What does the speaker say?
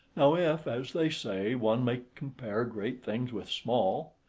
now if, as they say, one may compare great things with small,